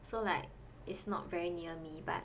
so like it's not very near me but